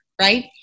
Right